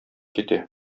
китә